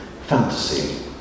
fantasy